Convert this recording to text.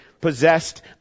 possessed